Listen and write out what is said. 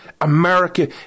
America